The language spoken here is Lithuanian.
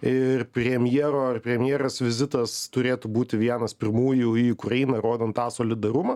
ir premjero ar premjerės vizitas turėtų būti vienas pirmųjų į ukrainą rodant tą solidarumą